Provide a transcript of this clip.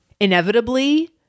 Inevitably